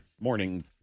morning